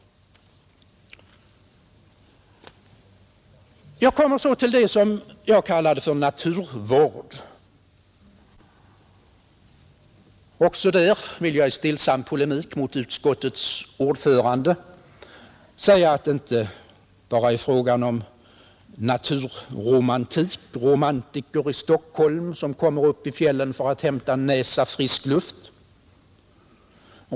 Jag återkommer så till det som jag kallade naturvård. Också där vill jag i stillsam polemik mot utskottets ordförande säga att det inte bara är fråga om naturromantik, om romantiker från Stockholm, som kommer upp i fjällen för att hämta en näsa frisk luft.